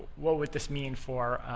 what would this mean for